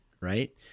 Right